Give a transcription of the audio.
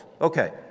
Okay